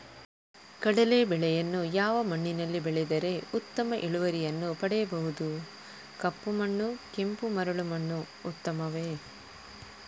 ಕಡಲೇ ಬೆಳೆಯನ್ನು ಯಾವ ಮಣ್ಣಿನಲ್ಲಿ ಬೆಳೆದರೆ ಉತ್ತಮ ಇಳುವರಿಯನ್ನು ಪಡೆಯಬಹುದು? ಕಪ್ಪು ಮಣ್ಣು ಕೆಂಪು ಮರಳು ಮಣ್ಣು ಉತ್ತಮವೇ?